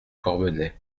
corbenay